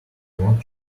not